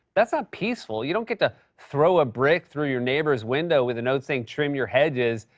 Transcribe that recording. that's not peaceful. you don't get to throw a brick through your neighbor's window with a note saying, trim your hedges,